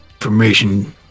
Information